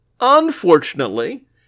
Unfortunately